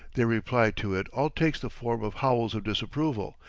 their reply to it all takes the form of howls of disapproval,